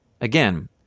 Again